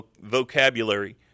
vocabulary